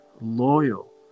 loyal